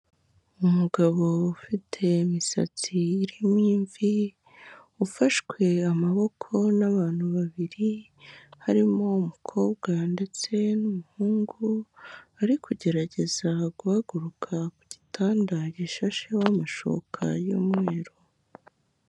Umugabo ufite imisatsi irimo imvi, ufashwe amaboko n'abantu babiri, harimo umukobwa ndetse n'umuhungu, ari kugerageza guhaguruka ku gitanda gishasheho amashuka y'umweru.